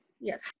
Yes